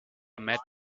met